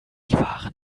waren